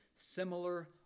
similar